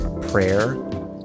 prayer